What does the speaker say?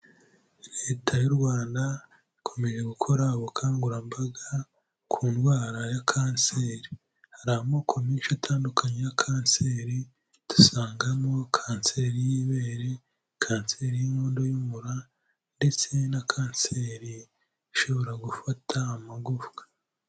Leta y'u Rwanda ikomeje gukora ubukangurambaga ku ndwara ya kanseri, hari amoko menshi atandukanye ya kanseri, dusangamo kanseri y'ibere, kanseri y'inkondo y'umura ndetse na kanseri ishobora gufata amagufwa.